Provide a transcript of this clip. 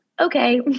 okay